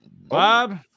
Bob